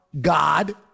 god